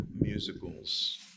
musicals